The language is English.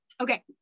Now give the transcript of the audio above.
Okay